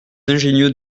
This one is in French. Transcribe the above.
ingénieux